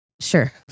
Sure